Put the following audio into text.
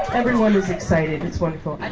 everyone is excited. it's wonderful.